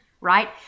right